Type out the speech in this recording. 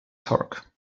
torque